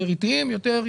יותר אטיים ויותר יסודיים.